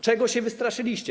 Czego się wystraszyliście?